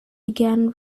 began